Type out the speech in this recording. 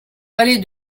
vallée